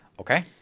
Okay